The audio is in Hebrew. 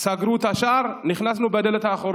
סגרו את השער, נכנסנו בדלת האחורית.